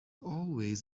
always